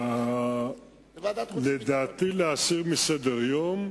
לדעתי, להסיר מסדר-היום.